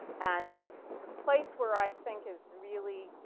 and the place where i think is really,